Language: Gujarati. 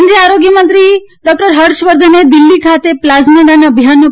કેન્દ્રીય આરોગ્ય મંત્રી હર્ષવર્ધને દીલ્ફી ખાતે પ્લાઝમા દાન અભિયાનનો